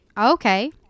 Okay